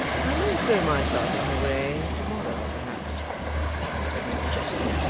i may throw myself in her way to-morrow, perhaps said mr chester,